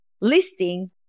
listing